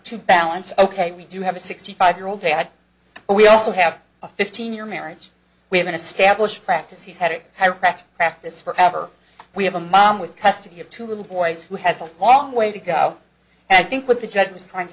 to balance ok we do have a sixty five year old dad but we also have a fifteen year marriage we have an established practice he's had it correct practice forever we have a mom with custody of two little boys who has a long way to go and i think what the judge was trying to